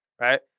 right